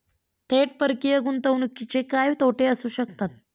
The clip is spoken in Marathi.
थेट परकीय गुंतवणुकीचे काय तोटे असू शकतात?